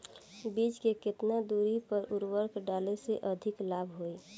बीज के केतना दूरी पर उर्वरक डाले से अधिक लाभ होई?